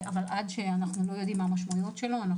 אבל עד שאנחנו לא יודעים מה המשמעויות שלו אנחנו